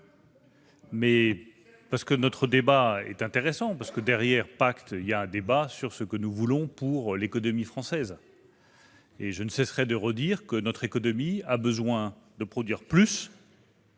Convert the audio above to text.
! En effet, notre débat est intéressant : derrière la loi PACTE, il y a un débat sur ce que nous voulons pour l'économie française. Je ne cesserai de redire que notre économie a besoin de produire plus,